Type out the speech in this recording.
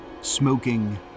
smoking